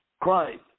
Christ